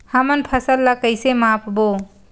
हमन फसल ला कइसे माप बो?